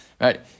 right